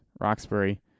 Roxbury